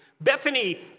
Bethany